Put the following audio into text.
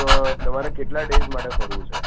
તો તમારે કેટલા ડેઈઝ માટે ફરવું છે